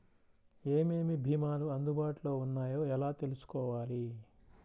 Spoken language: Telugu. ఏమేమి భీమాలు అందుబాటులో వున్నాయో ఎలా తెలుసుకోవాలి?